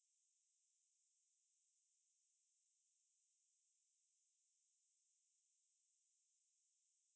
right now um medical industry maybe like pharmaceutical companies err உதாரணத்து மருந்து தயாரிக்கிறவங்க:uthaaranathu marunthu thayaarikiravanga